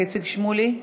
איציק שמולי,